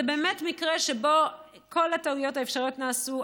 זה באמת מקרה שבו כל הטעויות האפשרויות נעשו,